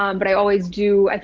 um but i always do. like